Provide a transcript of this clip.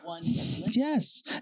Yes